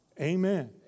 Amen